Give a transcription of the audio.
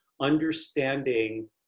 understanding